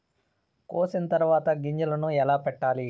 కోసిన తర్వాత గింజలను ఎలా పెట్టాలి